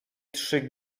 trzy